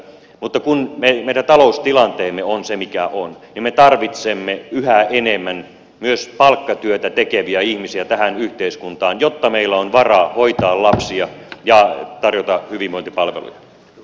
mutta kun meidän taloustilanteemme on se mikä on me tarvitsemme yhä enemmän myös palkkatyötä tekeviä ihmisiä tähän yhteiskuntaan jotta meillä on varaa hoitaa lapsia ja tarjota hyvinvointipalveluja